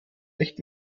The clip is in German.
nicht